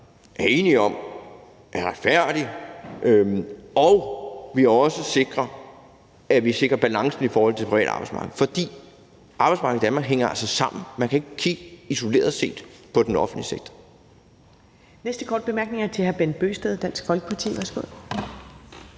er enige om er retfærdig, og at vi får balance i forhold til det private arbejdsmarked. For arbejdsmarkedet i Danmark hænger altså sammen. Man kan ikke kigge isoleret på den offentlige sektor.